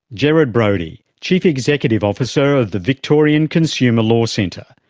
gerard brody, chief executive officer of the victorian consumer law centre.